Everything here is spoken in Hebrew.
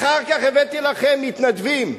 אחר כך הבאתי לכם מתנדבים,